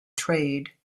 trade